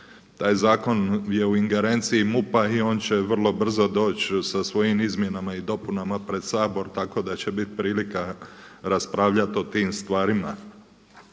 Taj zakon je u ingerenciji MUP-a i on će vrlo brzo doći sa svojim izmjenama i dopunama pred Sabor tako da će biti prilika raspravljati o tim stvarima.